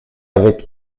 avec